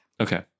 okay